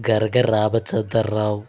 Garaga Ramachandar Rao